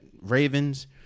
Ravens